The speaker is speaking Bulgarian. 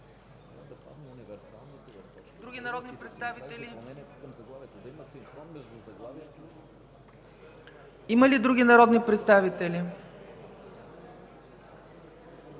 Други народни представители? Има ли други народни представители?